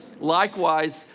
Likewise